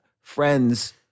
friends